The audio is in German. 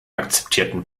akzeptierten